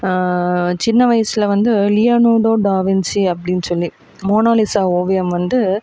சின்ன வயதுல வந்து லியோனோடோ டாவின்சி அப்படின்னு சொல்லி மோனாலிசா ஓவியம் வந்து